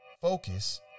focus